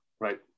Right